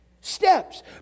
steps